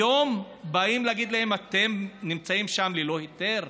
היום באים להגיד להם: אתם נמצאים שם ללא היתר,